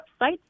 website